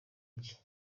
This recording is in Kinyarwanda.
iki